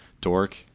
dork